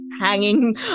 Hanging